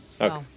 Okay